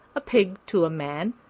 a pig to a man,